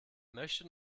möchte